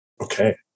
Okay